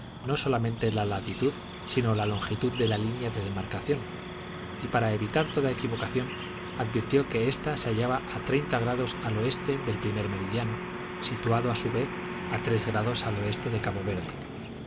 no solamente la latitud sino la longitud de la línea de demarcación y para evitar toda equivocación advirtió que ésta se hallaba a treinta grados al oeste del primer meridiano situado a su vez a tres grados al oeste de cabo verde